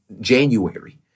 January